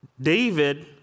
David